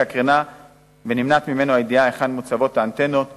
הקרינה ונמנעת ממנו הידיעה היכן האנטנות מוצבות?